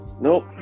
nope